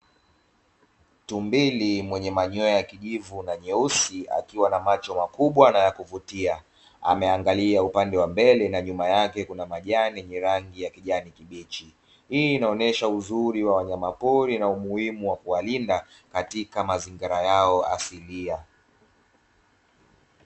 Tumbili mwenye manyoya ya kijivu na myeusi akiwa na macho makubwa na ya kuvutia; ameangalia upande wa mbele na nyuma yake kuna majani yenye rangi ya kijani kibichi, hii inaonesha uzuri wa wanyama pori na umuhimu wa kuwalinda katika mazingira yao asilia.